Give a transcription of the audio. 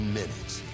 minutes